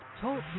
Talk